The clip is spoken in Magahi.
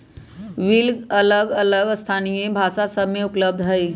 बिल अलग अलग स्थानीय भाषा सभ में उपलब्ध हइ